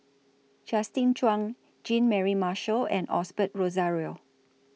Justin Zhuang Jean Mary Marshall and Osbert Rozario